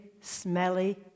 smelly